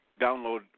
download